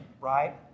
right